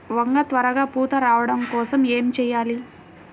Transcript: వంగ త్వరగా పూత రావడం కోసం ఏమి చెయ్యాలి?